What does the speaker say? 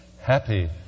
Happy